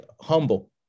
humble